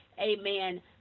amen